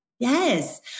Yes